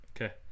Okay